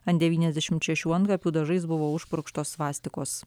ant devyniasdešimt šešių antkapių dažais buvo užpurkštos svastikos